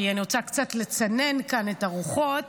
כי אני רוצה קצת לצנן כאן את הרוחות.